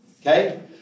Okay